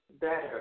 better